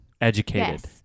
educated